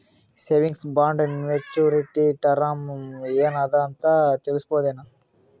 Savings bond maturity term ಏನ ಅದ ಅಂತ ತಿಳಸಬಹುದೇನು?